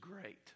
great